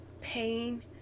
pain